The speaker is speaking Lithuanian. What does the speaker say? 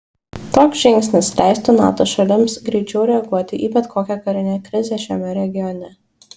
toks žingsnis leistų nato šalims greičiau reaguoti į bet kokią karinę krizę šiame regione